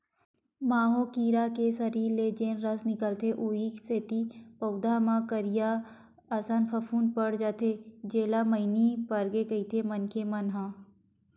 माहो कीरा के सरीर ले जेन रस निकलथे उहीं सेती पउधा म करिया असन फफूंद पर जाथे जेला मइनी परगे कहिथे मनखे मन ह